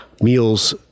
meals